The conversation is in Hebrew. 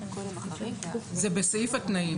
זה בסעיף התנאים.